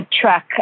truck